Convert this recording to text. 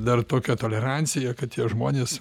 dar tokia tolerancija kad tie žmonės